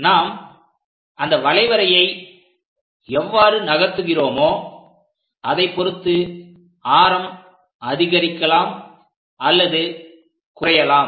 நாம் அந்த வளைவரையை எவ்வாறு நகர்த்துகிறோமா அதை பொருத்து ஆரம் அதிகரிக்கலாம் அல்லது குறையலாம்